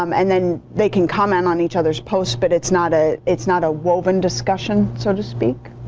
um and then they can comment on each other's posts. but it's not ah it's not a woven discussion so to speak.